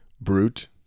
Brute